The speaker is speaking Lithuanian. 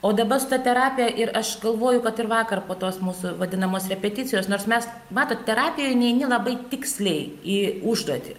o dabar su ta terapija ir aš galvoju kad ir vakar po tos mūsų vadinamos repeticijos nors mes matot terapijoj neini labai tiksliai į užduotį